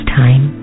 time